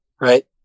right